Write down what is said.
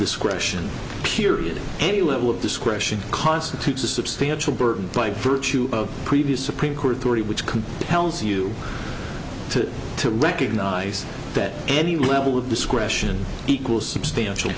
question period any level of discretion constitutes a substantial burden by virtue of previous supreme court three which compels you to to recognize that any level of discretion equal substantial